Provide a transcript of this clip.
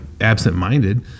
absent-minded